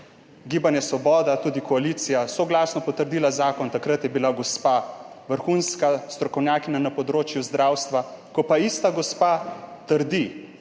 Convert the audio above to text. Gibanje Svoboda, tudi koalicija soglasno potrdila zakon. Takrat je bila gospa vrhunska strokovnjakinja na področju zdravstva, ko pa ista gospa trdi